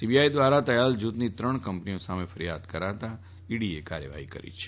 CBI ધ્વારા તયાલજુથની ત્રણ કંપનીઓ સામે ફરીયાદ કરાતાં ઈડીએ કાર્યવાહી હાથ ધરી છે